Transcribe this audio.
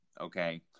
Okay